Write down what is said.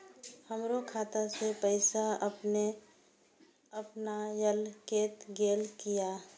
हमरो खाता से पैसा अपने अपनायल केट गेल किया?